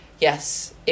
Yes